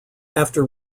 after